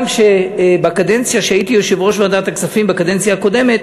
גם כשהייתי יושב-ראש ועדת הכספים בקדנציה הקודמת